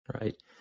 right